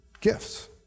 gifts